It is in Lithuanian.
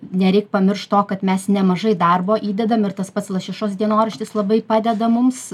nereik pamiršt to kad mes nemažai darbo įdedam ir tas pats lašišos dienoraštis labai padeda mums